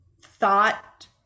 thought